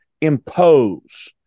impose